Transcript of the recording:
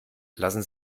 lassen